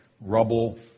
rubble